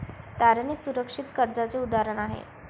तारण हे सुरक्षित कर्जाचे उदाहरण आहे